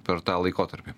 per tą laikotarpį